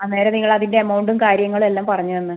അന്നേരം നിങ്ങൾ അതിൻ്റെ എമൗണ്ടും കാര്യങ്ങളും എല്ലാം പറഞ്ഞു തന്ന്